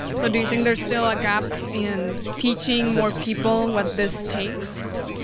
so do you think there's still a gap in teaching more people what this takes?